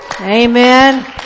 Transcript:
Amen